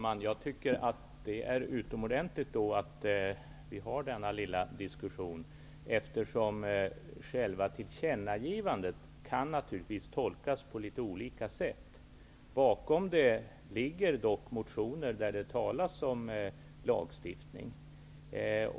Herr talman! Det är utomordentligt att vi har denna lilla diskussion, eftersom det föreslagna tillkännagivandet naturligtvis kan tolkas på litet olika sätt. Bakom detta ligger dock motioner där det talas om lagstiftning.